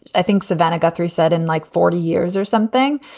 i think savannah guthrie said in like forty years or something.